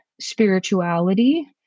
spirituality